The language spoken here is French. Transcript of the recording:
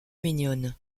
mignonne